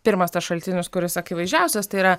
pirmas tas šaltinis kuris akivaizdžiausias tai yra